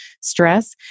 stress